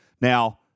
Now